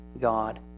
God